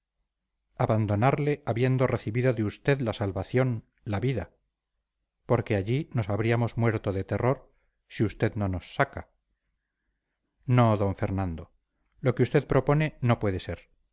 abandonarle habiendo recibido de usted la salvación la vida porque allí nos habríamos muerto de terror si usted no nos saca no d fernando lo que usted propone no puede ser